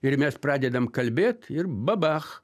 ir mes pradedam kalbėt ir babach